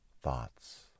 Thoughts